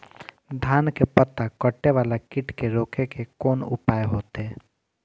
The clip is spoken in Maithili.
धान के पत्ता कटे वाला कीट के रोक के कोन उपाय होते?